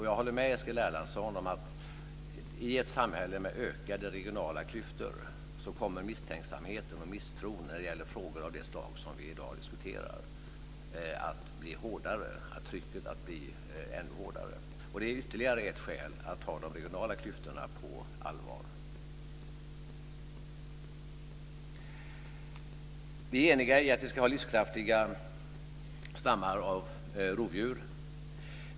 Jag håller med Eskil Erlandsson om att i ett samhälle med ökade regionala klyftor kommer misstänksamheten och misstron när det gäller frågor av det slag som vi i dag diskuterar att bli större. Det är ytterligare ett skäl till att ta de regionala klyftorna på allvar. Vi är eniga om att vi ska ha livskraftiga stammar av rovdjur.